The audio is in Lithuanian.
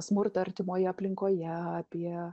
smurtą artimoje aplinkoje apie